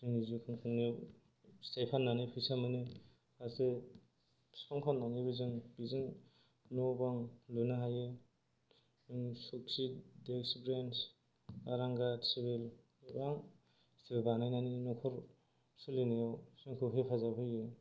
जोङो जौखं खुंनायाव फिथाइ फाननानै फैसा मोनो आरो बिफां फाननानैबो जों बिजों न' बां लुनो हायो सौखि देक्स बेन्च आरांगा टेबिल गोबां बुस्थु बानायनानै न'खर सोलिनायाव जोंखौ हेफाजाब होयो